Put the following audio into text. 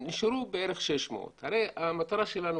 נשארו בערך 600. הרי המטרה שלנו